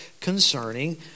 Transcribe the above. concerning